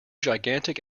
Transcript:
gigantic